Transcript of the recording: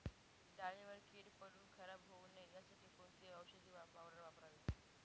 डाळीवर कीड पडून खराब होऊ नये यासाठी कोणती औषधी पावडर वापरावी?